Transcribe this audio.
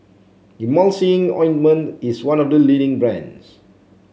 Emulsying Ointment is one of the leading brands